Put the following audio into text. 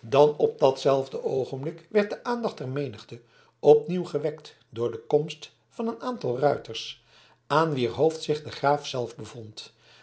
dan op datzelfde oogenblik werd de aandacht der menigte opnieuw gewekt door de komst van een aantal ruiters aan wier hoofd zich de graaf zelf bevond